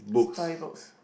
story books